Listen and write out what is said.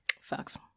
Facts